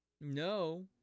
No